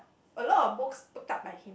a lot of books took up by him